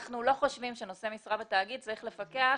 אנחנו לא חושבים שנושא משרה בתאגיד צריך לפקח